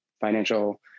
financial